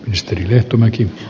arvoisa puhemies